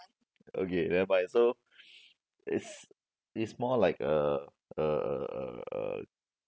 okay never mind so it's it's more like a a a a a